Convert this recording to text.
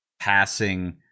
passing